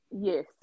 Yes